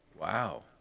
Wow